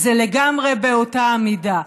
זה לגמרי באותה המידה.